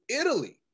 Italy